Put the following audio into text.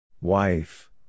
Wife